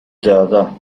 döda